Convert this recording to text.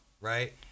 right